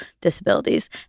disabilities